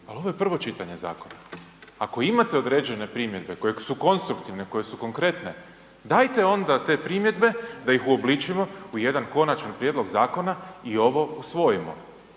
Ali ovo je prvo čitanje zakona. Ako imate određene primjedbe koje su konstruktivne, koje su konkretne, dajte onda te primjedbe da ih uobličimo u jedan konačan prijedlog zakona i ovo usvojimo